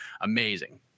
amazing